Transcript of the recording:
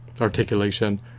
articulation